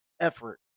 effort